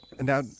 Now